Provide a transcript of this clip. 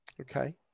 Okay